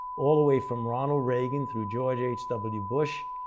all the way from ronald reagan through george h. w. bush,